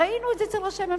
ראינו את זה אצל ראשי ממשלות,